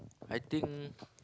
I think